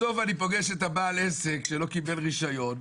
בסוף אני פוגש את בעל העסק שלא קיבל רישיון.